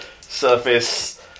surface